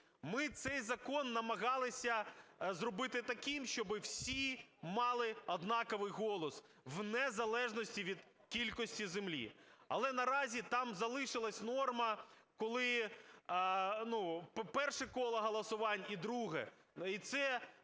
Ми цей закон намагалися зробити таким, щоби всі мали однаковий голос в незалежності від кількості землі. Але наразі там залишилася норма, коли, ну, перше коло голосувань і друге,